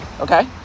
okay